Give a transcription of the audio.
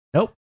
Nope